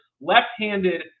left-handed